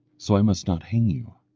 so i must not hang you.